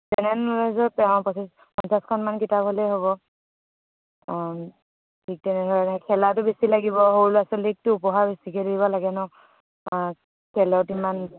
general ন'লেজৰ পঁচিছ পঞ্চাছখনমান কিতাপ হ'লেই হ'ব ঠিক তেনেধৰেণে খেলাটো বেছি লাগিব সৰু ল'ৰা ছোৱালীকটো উপহাৰ বেছিকৈ দিব লাগে ন খেলত ইমান